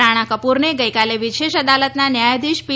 રાણા કપૂરને ગઈકાલે વિશેષ અદાલતના ન્યાયાધીશ પી